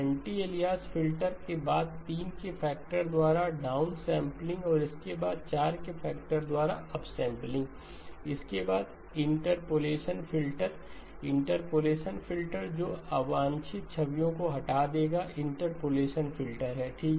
anti alias filter के बाद 3 के फैक्टर द्वारा डाउनसम्पलिंग और उसके बाद 4 के फैक्टर द्वारा अपसम्पलिंग उसके बाद इंटरपोलेशन फ़िल्टर इंटरपोलेशन फ़िल्टर जो अवांछित छवियों को हटा देगा इंटरपोलेशन फिल्टर है ठीक